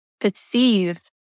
perceive